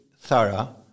thorough